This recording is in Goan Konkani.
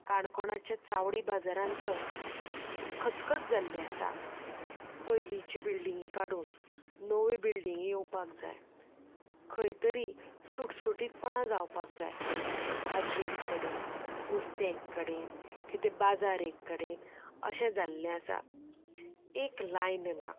काणकोणाचे चावडी बाजारांत तर खचखच जाल्ली आसा पयलींची बिल्डींगी काडून नवी बिल्डींगी येवपाक जाय खंय तरी सुटसुटीतपणां जावपाक जाय भाजी एक कडेन नुस्तें एक कडेन कितें बाजार एक कडेन अशें जाल्लें आसा एक लायन ना